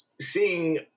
Seeing